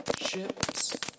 Ships